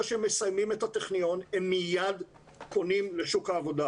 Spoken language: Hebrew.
שהם מסיימים את הטכניון הם מיד פונים לשוק העבודה.